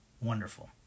Wonderful